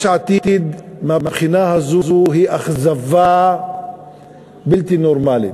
יש עתיד מהבחינה הזאת היא אכזבה בלתי נורמלית.